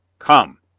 come!